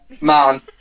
man